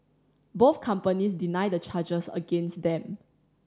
both companies deny the charges against them